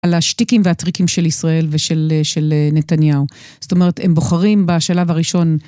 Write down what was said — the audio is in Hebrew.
על השתיקים והטריקים של ישראל ושל של נתניהו. זאת אומרת, הם בוחרים בשלב הראשון.